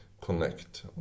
connect